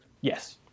Yes